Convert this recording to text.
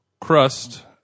crust